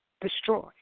destroy